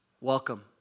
Welcome